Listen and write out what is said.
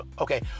Okay